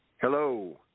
Hello